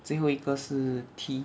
最后一个是 T